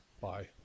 bye